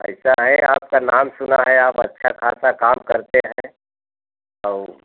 ऐसा है आपका नाम सुना है आप अच्छा खासा काम करते हैं और